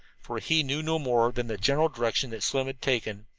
for he knew no more than the general direction that slim had taken.